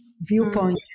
viewpoint